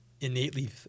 innately –